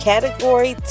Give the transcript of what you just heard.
Category